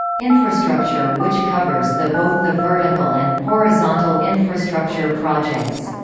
infrastructure which covers the both the vertical and horizontal infrastructure projects